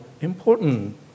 important